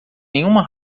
nenhuma